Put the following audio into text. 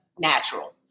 natural